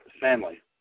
family